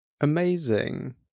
Amazing